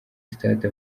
stade